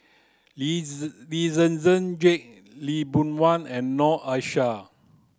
Lee Zi Lee Zhen Zhen Jane Lee Boon Wang and Noor Aishah